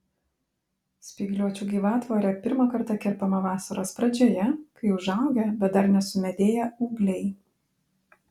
spygliuočių gyvatvorė pirmą kartą kerpama vasaros pradžioje kai užaugę bet dar nesumedėję ūgliai